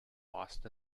lost